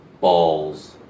balls